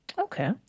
Okay